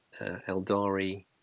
Eldari